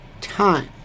time